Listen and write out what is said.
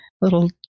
little